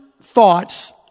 thoughts